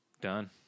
Done